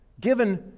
Given